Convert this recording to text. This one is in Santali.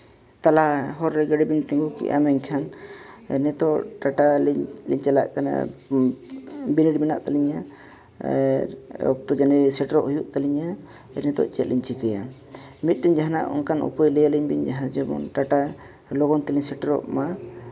ᱛᱟᱞᱟ ᱦᱚᱨᱼᱨᱮ ᱜᱟᱹᱰᱤᱵᱤᱱ ᱛᱤᱸᱜᱩ ᱠᱮᱜᱼᱟ ᱢᱮᱱᱠᱷᱟᱱ ᱱᱤᱛᱚᱜ ᱴᱟᱴᱟ ᱞᱤᱧ ᱪᱟᱞᱟᱜ ᱠᱟᱱᱟ ᱵᱤᱱᱤᱰ ᱢᱮᱱᱟᱜ ᱛᱟᱹᱞᱤᱧᱟ ᱟᱨ ᱚᱠᱛᱚ ᱡᱟᱹᱱᱤᱡ ᱥᱮᱴᱮᱨᱚᱜ ᱦᱩᱭᱩᱜ ᱛᱟᱹᱞᱤᱧᱟ ᱡᱮ ᱱᱤᱛᱚᱜ ᱪᱮᱫᱞᱤᱧ ᱪᱤᱠᱟᱹᱭᱟ ᱢᱤᱫᱴᱮᱱ ᱡᱟᱦᱟᱱᱟᱜ ᱚᱱᱠᱟᱱ ᱩᱯᱟᱹᱭ ᱞᱟᱹᱭᱟᱹᱞᱤᱧ ᱵᱤᱱ ᱡᱟᱦᱟᱸ ᱡᱮᱢᱚᱱ ᱴᱟᱴᱟ ᱞᱚᱜᱚᱱ ᱛᱮᱞᱤᱧ ᱥᱮᱴᱮᱨᱚᱜᱼᱢᱟ